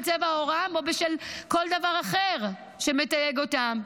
צבע עורם או בשל כל דבר אחר שמתייג אותם,